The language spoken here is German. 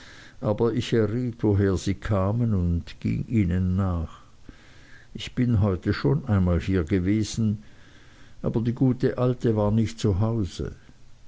aber ich erriet woher sie kamen und ging ihnen nach ich bin heute schon einmal hier gewesen aber die gute alte war nicht